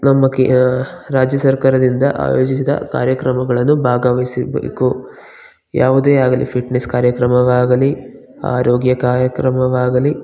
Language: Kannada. ನಮಗೆ ರಾಜ್ಯ ಸರ್ಕಾರದಿಂದ ಆಯೋಜಿಸಿದ ಕಾರ್ಯಕ್ರಮಗಳನ್ನು ಭಾಗವಹಿಸಿ ಬೇಕು ಯಾವುದೇ ಆಗಲಿ ಫಿಟ್ ನೆಸ್ ಕಾರ್ಯಕ್ರಮವಾಗಲಿ ಆರೋಗ್ಯ ಕಾರ್ಯಕ್ರಮವಾಗಲಿ